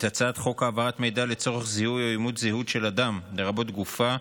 הצעת חוק העברת מידע לצורך זיהוי או אימות זהות של אדם לרבות גופה,